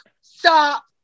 Stop